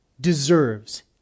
deserves